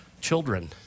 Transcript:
children